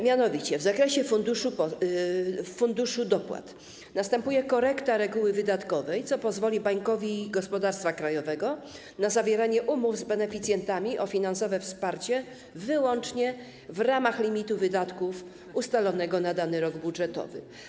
Mianowicie w zakresie Funduszu Dopłat następuje korekta reguły wydatkowej, co pozwoli Bankowi Gospodarstwa Krajowego na zawieranie umów z beneficjentami o finansowe wsparcie wyłącznie w ramach limitu wydatków ustalonego na dany rok budżetowy.